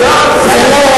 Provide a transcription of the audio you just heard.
משם.